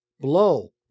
blow